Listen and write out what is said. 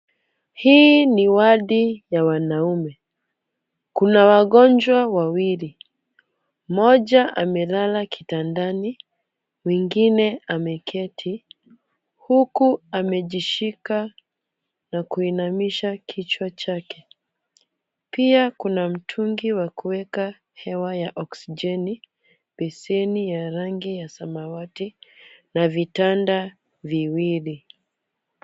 Hii ni wadi ya wanaume, kuna wagonjwa wawili, moja amelala kitandani. Wengine ameketi. Huku amejishika na kuinamisha kichwa chake. Pia kuna mtungi wa kuweka hewa ya oksijeni, beseni ya rangi ya samawati, na vitanda viwili.